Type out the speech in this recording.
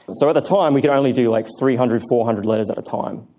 but so at the time we could only do like three hundred, four hundred letters at a time.